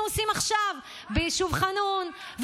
אנחנו עושים עכשיו ביישוב חנון,